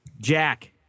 Jack